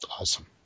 awesome